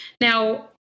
now